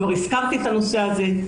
וכבר הזכרתי את הנושא הזה.